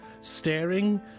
Staring